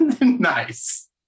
Nice